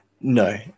No